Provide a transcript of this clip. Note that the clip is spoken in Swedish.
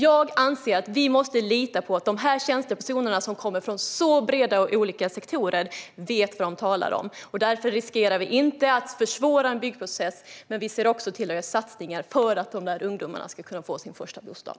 Jag anser att vi måste lita på att tjänstepersoner från så breda och olika sektorer vet vad de talar om. Därför riskerar vi inte att försvåra byggprocessen, och vi gör även satsningar för att ungdomar ska kunna få sin första bostad.